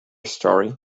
story